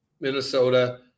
Minnesota